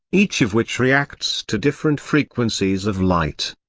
each of which reacts to different frequencies of light.